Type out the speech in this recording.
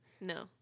No